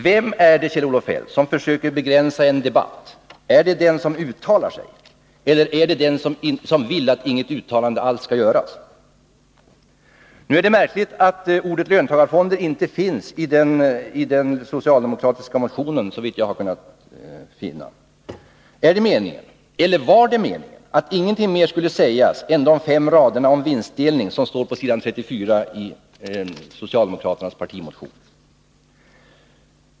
Vem är det, Kjell-Olof Feldt, som försöker begränsa en debatt? Ärdet den som uttalar sig, eller är det den som vill att inget uttalande alls skall göras? Det märkliga är att ordet löntagarfonder inte finns i den socialdemokratiska motionen, såvitt jag har kunnat finna. Är det meningen — eller var det meningen — att ingenting mer skulle sägas än de fem raderna om vinstdelning som står på s. 34 i socialdemokraternas partimotion?